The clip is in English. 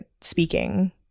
speaking